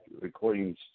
recordings